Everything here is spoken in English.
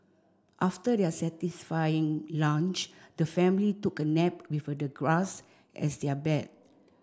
after their satisfying lunch the family took a nap with the grass as their bed